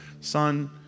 son